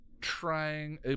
trying